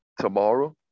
tomorrow